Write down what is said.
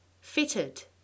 Fitted